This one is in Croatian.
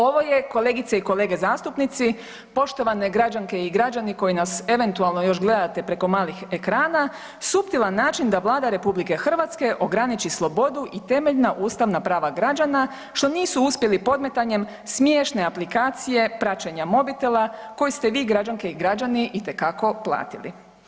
Ovo je kolegice i kolege zastupnici, poštovane građanke i građani koji nas eventualno još gledate preko malih ekrana suptilan način da Vlada RH ograniči slobodu i temeljna ustavna prava građana što nisu uspjeli podmetanjem smiješne aplikacije praćenja mobitela koji ste vi građanke i građani itekako platili.